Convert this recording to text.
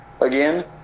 again